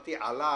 כשאמרתי עלה,